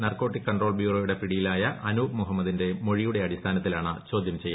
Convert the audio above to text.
narcotic control ബ്യൂറോയുടെ പിടിയിലായ അനൂപ് മുഹമ്മദിന്റെ മൊഴിയുടെ അടിസ്ഥാനത്തിലാണ് ചോദ്യം ചെയ്യൽ